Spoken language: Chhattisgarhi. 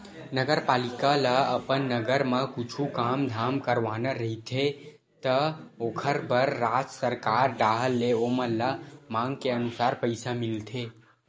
नगरपालिका ल अपन नगर म कुछु काम धाम करवाना रहिथे त ओखर बर राज सरकार डाहर ले ओमन ल मांग के अनुसार पइसा मिलथे